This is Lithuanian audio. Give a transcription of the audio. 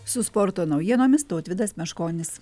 su sporto naujienomis tautvydas meškonis